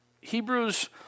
Hebrews